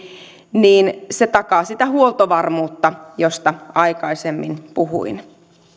takaa sitä huoltovarmuutta josta aikaisemmin puhuin